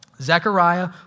Zechariah